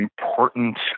important